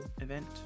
event